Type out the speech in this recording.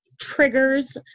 triggers